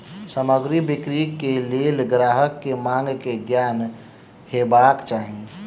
सामग्री बिक्री के लेल ग्राहक के मांग के ज्ञान हेबाक चाही